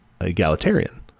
egalitarian